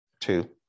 two